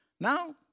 now